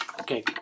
Okay